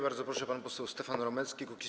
Bardzo proszę, pan poseł Stefan Romecki, Kukiz’15.